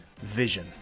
Vision